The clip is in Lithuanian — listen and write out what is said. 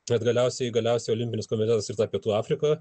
tad galiausiai galiausiai olimpinis komitetas ir pietų afrikoje